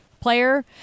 player